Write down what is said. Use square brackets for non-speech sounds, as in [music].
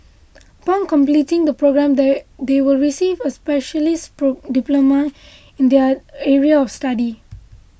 upon completing the programme they they will receive a specialist [unintelligible] diploma in their area of study